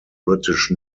british